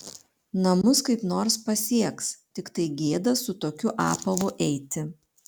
namus kaip nors pasieks tiktai gėda su tokiu apavu eiti